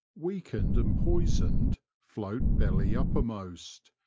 weakened and poisoned, float belly uppermost.